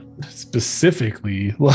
specifically